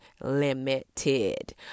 limited